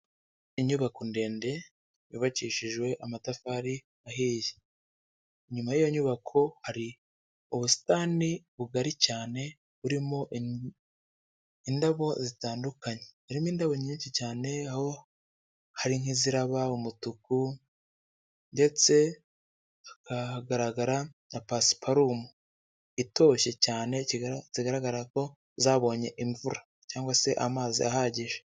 Inyubako ndende yubakishijwe amatafari ahiye. Inyuma y'iyo nyubako hari ubusitani bugari cyane, burimo indabo zitandukanye. Harimo indabo nyinshi cyane, aho hari nk'iziraba umutuku ndetse hakagaragara na pasiparumu itoshye cyane, zigaragara ko zabonye imvura cyangwa se amazi ahagije.